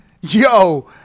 Yo